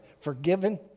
forgiven